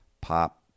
pop